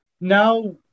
now